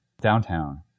downtown